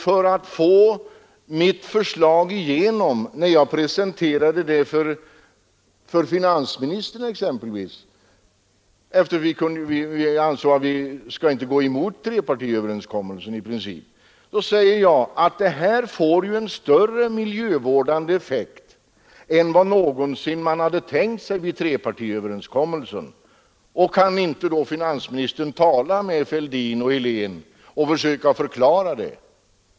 För att få mitt förslag igenom när jag presenterade det för finansministern — vi ansåg att vi inte skulle gå emot trepartiöverenskommelsen i princip — sade jag: Det här får ju större miljövårdande effekt än vad man någonsin hade tänkt sig vid trepartiöverenskommelsen. Kan inte finansministern tala med Fälldin och Helén och försöka förklara det?